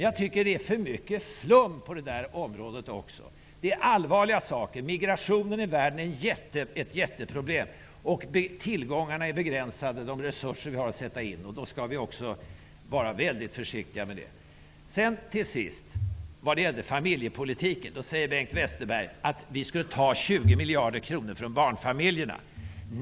Det är för mycket flum på det här området. Det är allvarliga saker. Migrationen i världen är ett jätteproblem, och tillgångarna, de resurser vi har att sätta in, är begränsade, och då skall vi också vara väldigt försiktiga med att göra det. Bengt Westerberg sade att vi vill ta 20 mijarder kronor från barnfamiljerna.